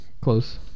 Close